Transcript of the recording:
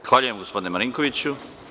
Zahvaljujem gospodine Marinkoviću.